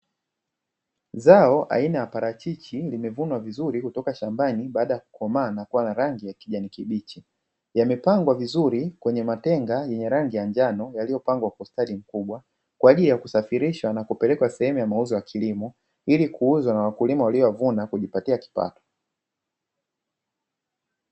Zao aina ya parachichi limevunwa vizuri kutoka shambani baada ya kukomaa na kuwa na rangi ya kijani kibichi, yamepangwa vizuri kwenye matenga yenye rangi ya njano yaliyopangwa kwa ustadi mkubwa, kwa ajili ya kusafirishwa na kupelekwa sehemu ya mauzo ya kilimo ili kuuzwa na wakulima waliovuna kujipatia kipato.